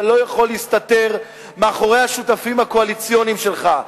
אתה לא יכול להסתתר מאחורי השותפים הקואליציוניים שלך.